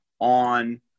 on